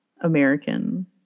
American